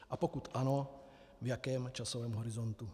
A pokud ano, v jakém časovém horizontu.